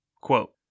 quote